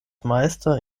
meister